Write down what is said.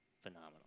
phenomenal